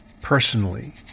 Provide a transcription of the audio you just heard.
personally